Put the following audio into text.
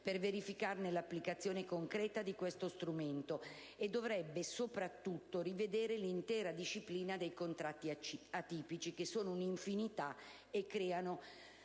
per verificare l'applicazione concreta di questo strumento contrattuale e soprattutto dovrebbe rivedere l'intera disciplina dei contratti atipici, che sono un'infinità e creano